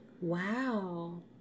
Wow